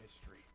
history